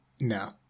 No